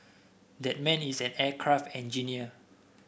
that man is an aircraft engineer